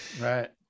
Right